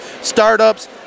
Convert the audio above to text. startups